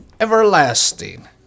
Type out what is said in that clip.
everlasting